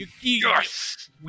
Yes